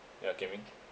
ya Kian Ming